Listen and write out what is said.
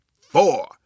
four